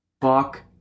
Fuck